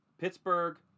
Pittsburgh